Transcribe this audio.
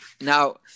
Now